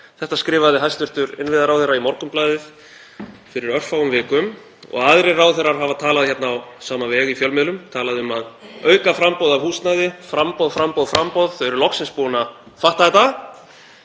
Þetta skrifaði hæstv. innviðaráðherra í Morgunblaðið fyrir örfáum vikum og aðrir ráðherrar hafa talað á sama veg í fjölmiðlum, talað um að auka framboð á húsnæði. Framboð, framboð, þau eru loksins búin að fatta þetta.